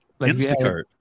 Instacart